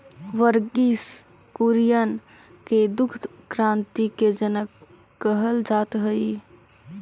वर्गिस कुरियन के दुग्ध क्रान्ति के जनक कहल जात हई